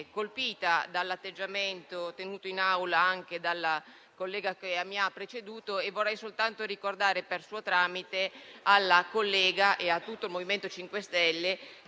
colpita dall'atteggiamento tenuto in Aula anche dalla collega che mi ha preceduto. Vorrei soltanto ricordare, per suo tramite, Signor Presidente, alla collega e a tutto il MoVimento 5 Stelle